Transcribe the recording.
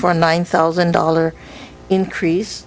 a nine thousand dollar increase